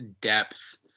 depth